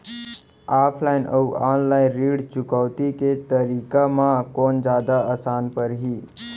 Offline अऊ online ऋण चुकौती के तरीका म कोन जादा आसान परही?